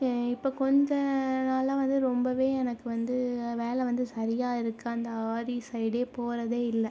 இப்போ கொஞ்ச நாளாக வந்து ரொம்பவே எனக்கு வந்து வேலை வந்து சரியாக இருக்கு அந்த ஆரி சைடே போகறதே இல்லை